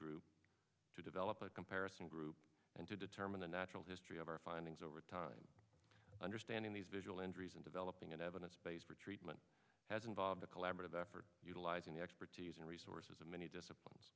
group to develop a comparison group and to determine the natural history of our findings over time understanding these visual entries and developing an evidence based treatment has involved a collaborative effort utilizing the expertise and resources of many disciplines